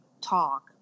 talk